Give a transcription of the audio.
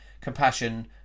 compassion